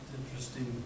interesting